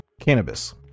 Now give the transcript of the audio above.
Cannabis